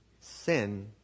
sin